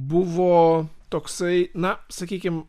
buvo toksai na sakykim